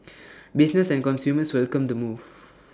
businesses and consumers welcomed the move